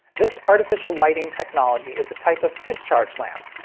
this artificial lighting technology is a type of discharge lamp.